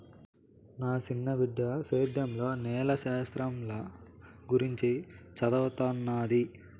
నా సిన్న బిడ్డ సేద్యంల నేల శాస్త్రంల గురించి చదవతన్నాది